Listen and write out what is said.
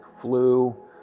flu